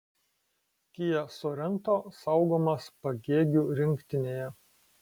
kia sorento saugomas pagėgių rinktinėje